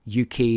UK